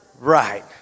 right